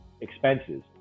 expenses